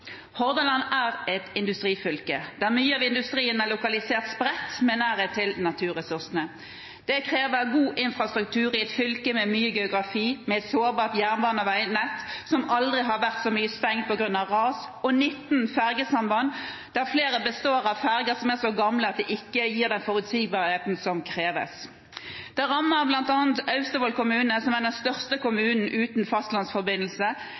Hordaland er et industrifylke der mye av industrien er lokalisert spredt, med nærhet til naturressursene. Det krever god infrastruktur i et fylke med mye geografi, med et sårbart jernbanenett, som på grunn av ras aldri har vært så mye stengt, og 19 fergesamband der flere består av ferger som er så gamle at de ikke gir den forutsigbarheten som kreves. Det rammer bl.a. Austevoll kommune, som er den største kommunen uten fastlandsforbindelse,